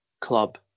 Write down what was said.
club